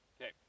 Okay